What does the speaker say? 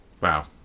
Wow